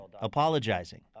apologizing